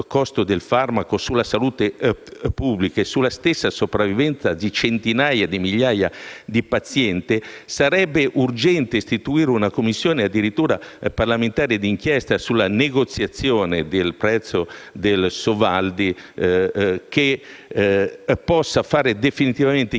costo del farmaco sulla salute pubblica e sulla stessa sopravvivenza di centinaia di migliaia di pazienti sarebbe urgente istituire una Commissione parlamentare di inchiesta sulla negoziazione del prezzo del Sovaldi, affinché si faccia definitivamente chiarezza